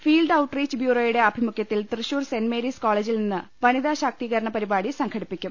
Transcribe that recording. field outreach ബ്യൂറോയുടെ ആഭിമുഖൃത്തിൽ തൃശൂർ സെന്റ് മേരീസ് കോളേജിൽ ഇന്ന് വനിതാ ശാക്തീകരണ പരിപാടി സംഘടിപ്പി ക്കും